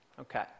Okay